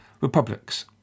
republics